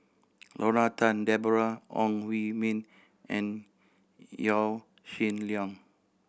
Lorna Tan Deborah Ong Hui Min and Yaw Shin Leong